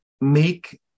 make